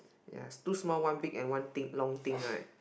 ya two small one big and one thick one long thing right